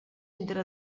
entre